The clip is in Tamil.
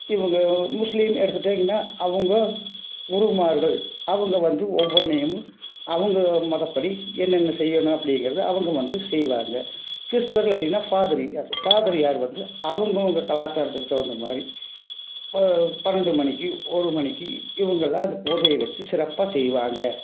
இவங்க முஸ்லீம் எடுத்துகிட்டிங்கனா அவங்க குருமார்கள் அவங்க வந்து ஒவ்வொன்றையும் அவங்க மதப்படி என்னென்ன செய்யணும் அப்படிங்கறத அவங்க வந்து செய்வாங்க கிறிஸ்துவர்கள் அப்படின்னா ஃபாதிரியார் ஃபாதிரியார் வந்து அவங்கவங்க கலாச்சாரத்துக்கு தகுந்த மாதிரி பன்னெண்டு மணிக்கு ஒரு மணிக்கு இவர்கெல்லாம் பூஜையை வச்சு சிறப்பாக செய்வாங்க